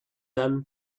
them